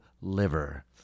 liver